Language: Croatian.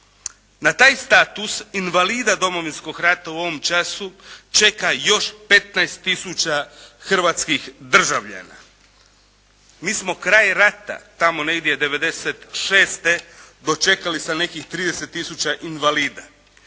Na taj status invalida Domovinskog rata u ovom času čeka još 15000 hrvatskih državljana. Mi smo kraj rata tamo negdje '96.-te dočekali sa nekih 30000 invalida.